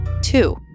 Two